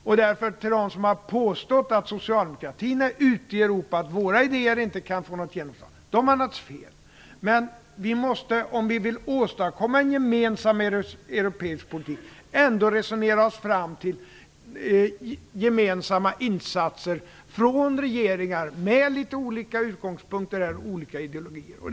Därför vill jag säga till dem som har påstått att socialdemokratin är ute i Europa och att våra idéer inte kan få genomslag, att de naturligtvis har fel. Men om vi vill åstadkomma en gemensam europeisk politik måste vi resonera oss fram till gemensamma insatser från regeringar med litet olika utgångspunkter och olika ideologier.